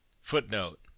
Footnote